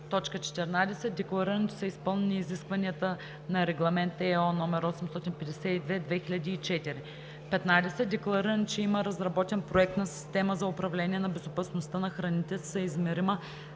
14. деклариране, че са изпълнени изискванията на Регламент (ЕО) № 852/2004; 15. деклариране, че има разработен проект на система за управление на безопасността на храните, съизмерима